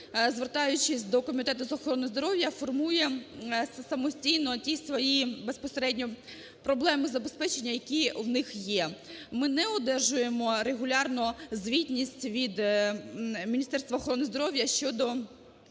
звертаючись до Комітету з охорони здоров'я, формує самостійно ті свої безпосередньо проблеми забезпечення, які у них є. Ми не одержуємо регулярно звітність від Міністерства охорони здоров'я щодо